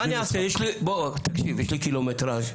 מה אני אעשה, יש לי קילומטראז'.